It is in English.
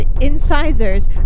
incisors